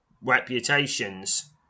reputations